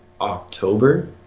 October